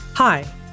Hi